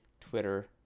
Twitter